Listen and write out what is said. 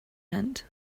tent